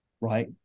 right